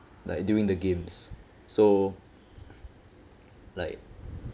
like during the games so like